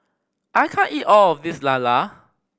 I can't eat all of this lala